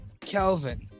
Kelvin